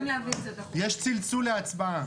יש עכשיו צלצול להצבעה.